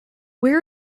where